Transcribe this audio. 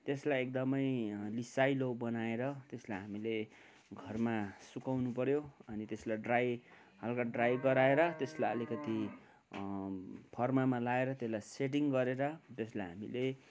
त्यसलाई एकदमै लिसाइलो बनाएर त्यसलाई हामीले घरमा सुकाउनु पऱ्यो अनि त्यसलाई ड्राई हल्का ड्राई गराएर त्यसलाई अलिकति फर्मामा लाएर त्यसलाई सेडिङ् गरेर त्यसलाई हामीले